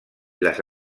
les